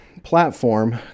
Platform